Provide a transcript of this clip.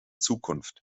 zukunft